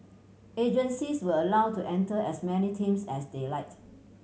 agencies were allow to enter as many teams as they liked